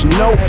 no